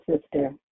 sister